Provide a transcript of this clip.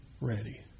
ready